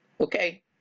okay